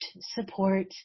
support